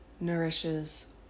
nourishes